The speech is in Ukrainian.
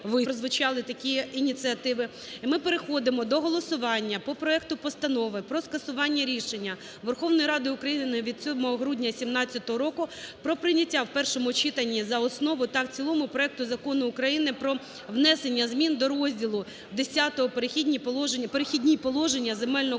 ми переходимо до голосування по проекту Постанови про скасування рішення Верховної Ради України від 7 грудня 2017 року про прийняття в першому читанні за основу та в цілому проекту Закону України про внесення змін до розділу Х "Перехідні положення" Земельного кодексу